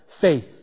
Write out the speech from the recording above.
faith